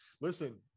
listen